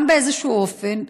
גם באיזשהו אופן,